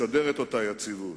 לשדר את אותה יציבות,